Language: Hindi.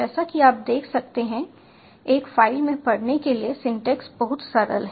जैसा कि आप देख सकते हैं एक फ़ाइल से पढ़ने के लिए सिंटेक्स बहुत सरल है